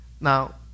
Now